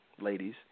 ladies